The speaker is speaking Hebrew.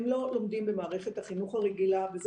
הם לא לומדים במערכת החינוך הרגילה וזה